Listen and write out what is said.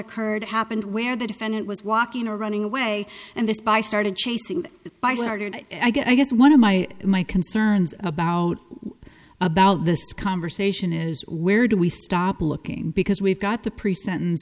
occurred happened where the defendant was walking or running away and this by started chasing by started i guess one of my my concerns about about this conversation is where do we stop looking because we've got the pre sent